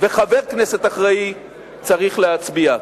וחבר כנסת אחראי צריכים להצביע.